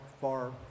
far